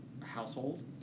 household